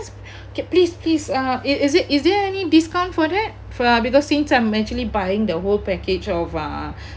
okay please please uh is it is there any discount for that for because since I'm actually buying the whole package of uh